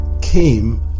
came